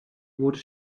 wurde